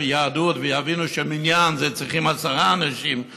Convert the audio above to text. לשמוח ודרכים אחרות לנהל יחסים עם שכנים.